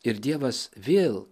ir dievas vėl